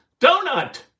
Donut